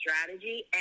strategy